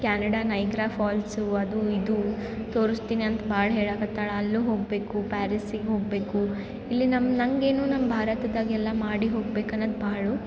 Canada Niagara Falls ಅದು ಇದು ತೋರಿಸ್ತೀನಿ ಅಂತ ಭಾಳ್ ಹೇಳಾಕತ್ತಾಳೆ ಅಲ್ಲೂ ಹೊಗಬೇಕು ಪ್ಯಾರಿಸ್ಸಿಗೆ ಹೊಗಬೇಕು ಇಲ್ಲಿ ನಮ್ಗೆ ನಂಗೇನು ನಮ್ಮ ಭಾರತದಾಗೆಲ್ಲ ಮಾಡಿ ಹೊಗ್ಬೇಕು ಅನ್ನೋದ್ ಭಾಳ